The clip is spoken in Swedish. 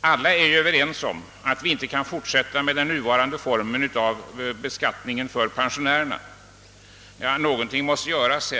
alla är överens om att vi inte kan fortsätta med den nuvarande formen av beskattning för pensionärerna utan att någonting måste göras.